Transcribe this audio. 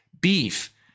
beef